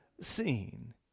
seen